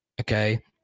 okay